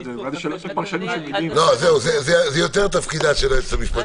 נראה לי שלא צריך פרשנים --- זה יותר תפקידה של היועצת המשפטית,